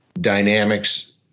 dynamics